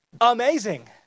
Amazing